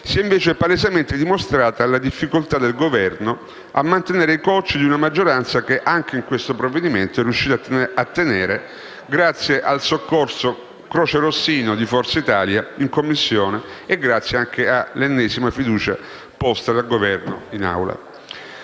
si è invece palesemente dimostrata la difficoltà del Governo a mantenere i cocci di una maggioranza che anche in questo provvedimento è riuscita a tenere grazie al soccorso "crocerossino" di Forza Italia in Commissione e all'ennesima fiducia posta dal Governo in Aula.